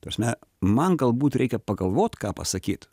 ta prasme man galbūt reikia pagalvot ką pasakyt